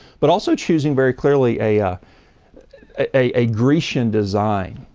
but also choosing very clearly a a grecian design,